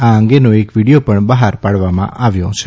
આ અંગેનો એક વીડીયો પણ બહાર પાડવામાં આવ્યો છે